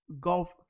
golf